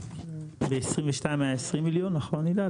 ב-22' היה 20 מיליון, נכון?